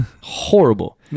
Horrible